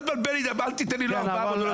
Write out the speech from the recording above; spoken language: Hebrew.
אל תיתן לי ב-400.